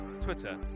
Twitter